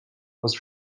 was